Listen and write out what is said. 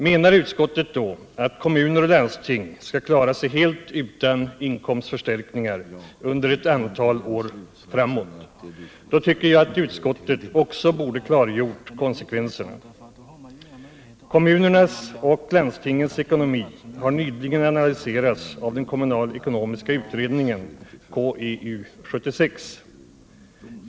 Menar utskottet då att kommuner och landsting skall klara sig helt utan inkomstförstärkningar under ett antal år framåt? Då tycker jag att utskottet också borde ha klargjort konsekvenserna. Kommunernas och landstingens ekonomi har nyligen analyserats av den kommunalekonomiska utredningen, KEU 76.